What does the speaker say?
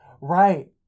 Right